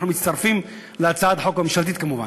אנחנו מצטרפים להצעת החוק הממשלתית, כמובן,